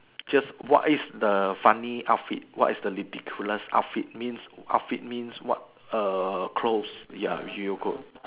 just what is the funny outfit what is the ridiculous outfit means outfit mean what err clothes ya you could